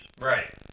Right